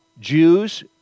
Jews